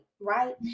right